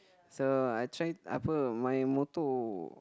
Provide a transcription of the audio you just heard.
so I try apa my motto